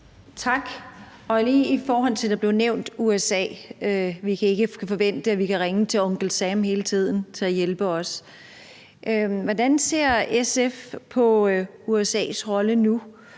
lige i forhold til, at der blev nævnt USA, og at vi ikke kan forvente, at vi kan ringe til Uncle Sam hele tiden til at hjælpe os: Hvordan ser SF på USA's rolle nu?